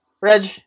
Reg